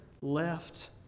left